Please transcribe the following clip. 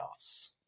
playoffs